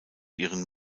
ihren